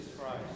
Christ